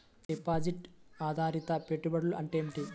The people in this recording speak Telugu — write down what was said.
డిపాజిట్ ఆధారిత పెట్టుబడులు అంటే ఏమిటి?